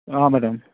ହଁ ମ୍ୟାଡ଼ାମ୍